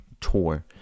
tour